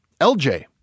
LJ